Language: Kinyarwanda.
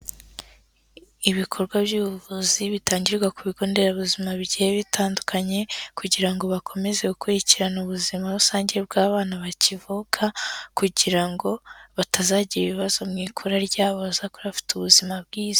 Ibikorwa by'ubuvuzi bitangirwa ku bigo nderabuzima bigiye bitandukanye kugira ngo bakomeze gukurikirana ubuzima rusange bw'abana bakivuka kugira ngo batazagira ibibazo mu ikura ryabo bazakure bafite ubuzima bwiza.